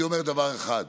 אני אומר דבר אחד: